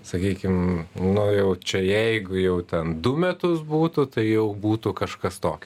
sakykim nu jau čia jeigu jau ten du metus būtų tai jau būtų kažkas tokio